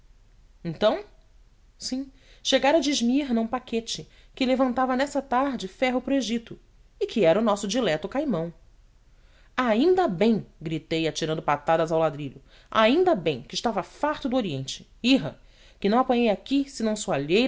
então sim chegara de esmirna um paquete que levantava nessa tarde ferro para o egito e que era o nosso dileto caimão ainda bem gritei atirando patadas ao ladrilho ainda bem que estava farto de oriente irra que não apanhei aqui senão